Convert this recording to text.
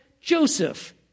Joseph